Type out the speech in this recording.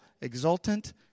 exultant